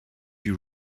you